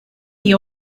the